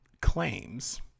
claims